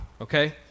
okay